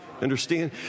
understand